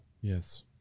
Yes